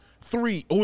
three